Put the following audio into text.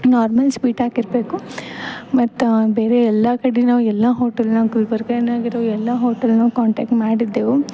normal sweet ಹಾಕಿರ್ಬೇಕು ಮತ್ತು ಬೇರೆ ಎಲ್ಲ ಕಡೆ ನಾವು ಎಲ್ಲ ಹೋಟೆಲ್ನಾಗ ಗುಲ್ಬರ್ಗನಾಗಿರೋ ಎಲ್ಲ ಹೋಟೆಲ್ನು ಕಾಂಟಾಕ್ಟ್ ಮಾಡಿದ್ದೆವು